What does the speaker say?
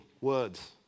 words